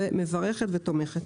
ומברכת ותומכת.